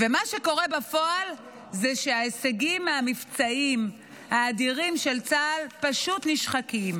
ומה שקורה בפועל זה שההישגים המבצעיים האדירים של צה"ל פשוט נשחקים.